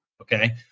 okay